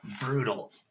brutal